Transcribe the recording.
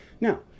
Now